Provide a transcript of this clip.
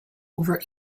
over